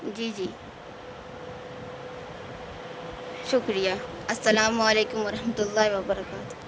جی جی شکریہ السّلام علیکم و رحمتہ اللّہ وبرکاتہ